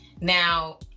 Now